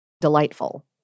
delightful